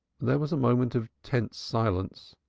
there was a moment of tense silence.